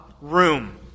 room